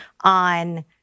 on